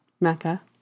Mecca